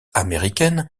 américaine